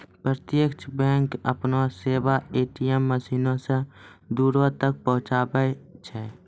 प्रत्यक्ष बैंक अपनो सेबा ए.टी.एम मशीनो से दूरो तक पहुचाबै छै